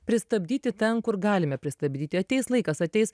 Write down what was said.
pristabdyti ten kur galime pristabdyti ateis laikas ateis